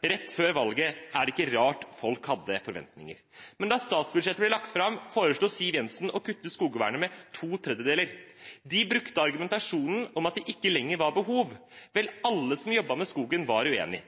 rett før valget er det ikke rart folk hadde forventninger. Men da statsbudsjettet ble lagt fram, foreslo Siv Jensen å kutte skogvernet med ⅔. De brukte argumentasjonen om at det ikke lenger var behov. Vel, alle som jobbet med skogen, var uenig: